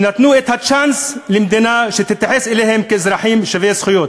שנתנו את הצ'אנס למדינה שתתייחס אליהם כאזרחים שווי זכויות,